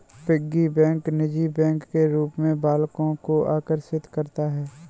piggy bank निजी bank के रूप में बालकों को आकर्षित करता है